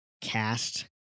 cast